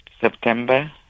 September